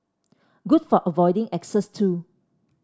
good for avoiding exes too